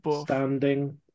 standing